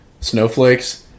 snowflakes